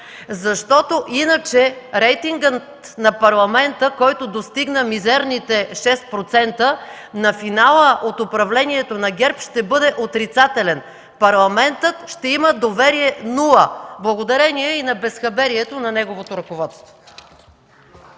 Защото иначе рейтингът на парламента, който достигна мизерните 6%, на финала от управлението на ГЕРБ, ще бъде отрицателен –Парламентът ще има доверие нула, благодарение и на безхаберието на неговото ръководство.